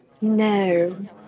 no